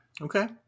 Okay